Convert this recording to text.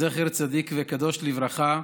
זכר צדיק וקדוש לברכה,